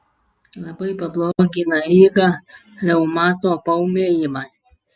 labai pablogina eigą reumato paūmėjimas